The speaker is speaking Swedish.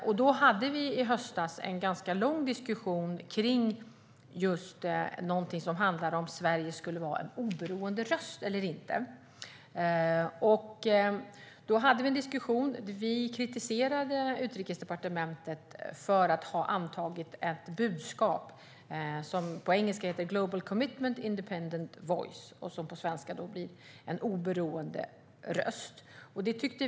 I höstas hade vi en ganska lång diskussion om huruvida Sverige skulle vara en oberoende röst eller inte. Vi kritiserade Utrikesdepartementet för att ha antagit budskapet Global commitment, independent voice - på svenska: globalt åtagande, oberoende röst.